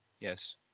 yes